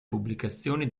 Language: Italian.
pubblicazioni